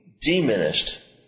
diminished